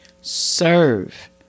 serve